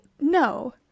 No